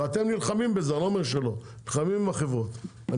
ואתם נלחמים בזה עם החברות אני לא אומר שלא,